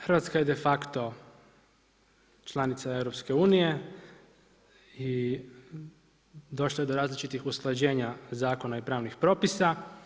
Hrvatska je de facto članica EU i došlo je do različitih usklađenja zakona i pravnih propisa.